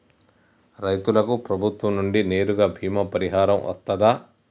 రైతులకు ప్రభుత్వం నుండి నేరుగా బీమా పరిహారం వత్తదా?